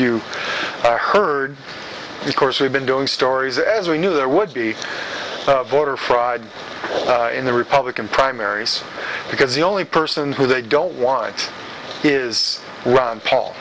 you heard of course we've been doing stories as we knew there would be voter fraud in the republican primaries because the only person who they don't want is ron paul